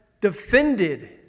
defended